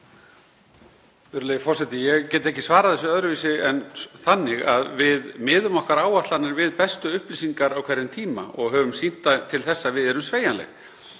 Virðulegi forseti. Ég get ekki svarað þessu öðruvísi en þannig að við miðum okkar áætlanir við bestu upplýsingar á hverjum tíma og höfum sýnt það fram til þessa að við erum sveigjanleg.